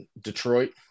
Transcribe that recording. Detroit